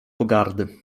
pogardy